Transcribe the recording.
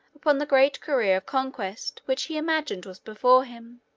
upon the great career of conquest which he imagined was before him.